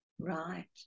Right